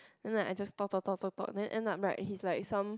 then like I just talk talk talk talk talk then end up right he's like some